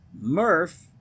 Murph